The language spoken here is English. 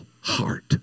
heart